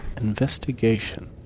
Investigation